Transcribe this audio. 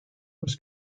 was